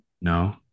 no